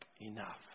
enough